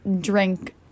drink